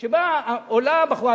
שבו עולה בחורה,